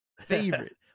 favorite